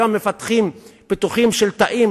היום מפתחים פיתוחים של תאים,